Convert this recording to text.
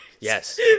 Yes